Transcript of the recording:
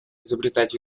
изобретать